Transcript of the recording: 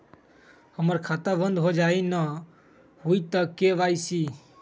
हमर खाता बंद होजाई न हुई त के.वाई.सी?